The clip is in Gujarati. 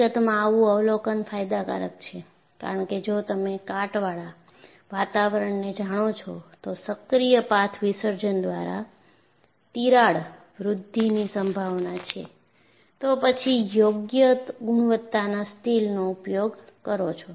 હકીકતમાં આવું અવલોકન ફાયદાકારક છે કારણ કે જો તમે કાટવાળા વાતાવરણને જાણો છો તો સક્રિય પાથ વિસર્જન દ્વારા તિરાડ વૃદ્ધિની સંભાવના છે તો પછી યોગ્ય ગુણવત્તાના સ્ટીલનો ઉપયોગ કરો છો